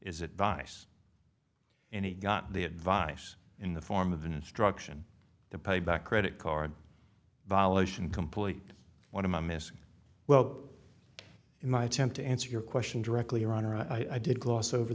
is advice and he got the advice in the form of an instruction the payback credit card violation complete what am i missing well in my attempt to answer your question directly your honor i did gloss over